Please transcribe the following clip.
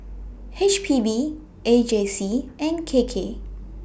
H P B A J C and K K